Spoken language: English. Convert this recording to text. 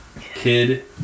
Kid